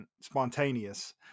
spontaneous